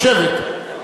לשבת.